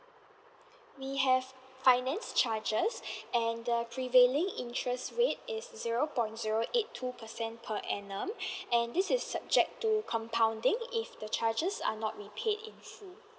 we have finance charges and the prevailing interest rate is zero point zero eight two percent per annum and this is subject to compounding if the charges are not repaid in full